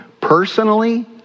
personally